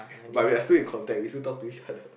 but we are still in contact we still talk to each other